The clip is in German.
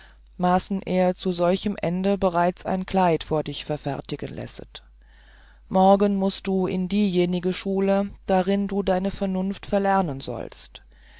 maßen er zu solchem ende bereits ein kleid vor dich verfertigen lässet morgen mußt du in diejenige schule darin du deine vernunft verlernen sollt